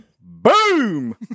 Boom